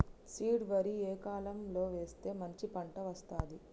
Seed వరి ఏ కాలం లో వేస్తే మంచి పంట వస్తది?